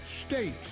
state